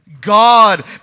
God